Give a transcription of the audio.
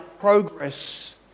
progress